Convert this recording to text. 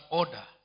order